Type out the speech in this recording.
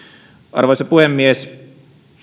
arvoisa puhemies